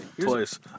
Twice